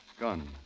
gun